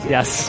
Yes